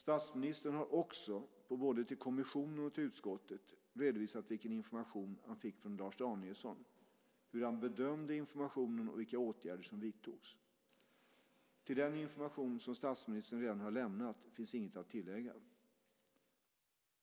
Statsministern har också, både till kommissionen och till utskottet, redovisat vilken information han fick från Lars Danielsson, hur han bedömde informationen och vilka åtgärder som vidtogs. Till den information som statsministern redan har lämnat finns inget att tillägga.